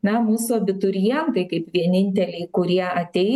na mūsų abiturientai kaip vieninteliai kurie ateina į ne